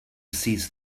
seized